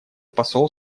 посол